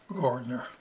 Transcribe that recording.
gardener